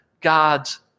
God's